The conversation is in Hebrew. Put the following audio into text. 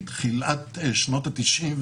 מתחילת שנות התשעים,